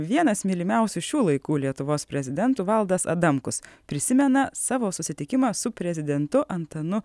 vienas mylimiausių šių laikų lietuvos prezidentų valdas adamkus prisimena savo susitikimą su prezidentu antanu